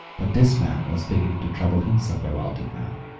but this man was beginning to trouble himself about it now,